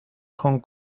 hong